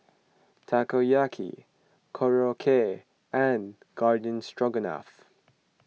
Takoyaki Korokke and Garden Stroganoff